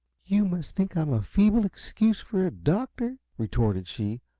you must think i'm a feeble excuse for a doctor, retorted she.